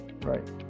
Right